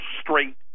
straight